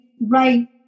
right